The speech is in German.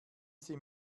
sie